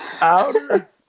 Outer